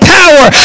power